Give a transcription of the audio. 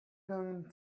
going